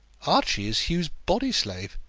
archie is hugh's body-slave.